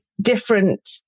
different